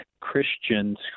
Christians